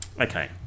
Okay